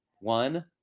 one